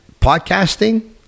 podcasting